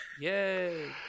Yay